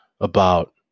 about-